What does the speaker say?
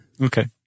Okay